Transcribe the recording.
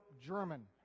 German